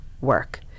work